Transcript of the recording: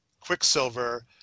Quicksilver